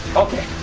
okay,